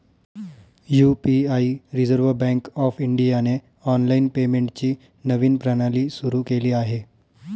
UPI reserve bank of इंडियाने online पेमेंटची नवीन प्रणाली सुरू केली आहे